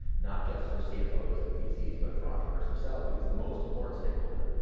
not just for cfos and vcs but for entrepreneurs themselves, because the most important stakeholder,